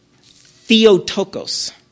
theotokos